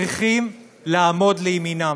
צריכים לעמוד לימינם.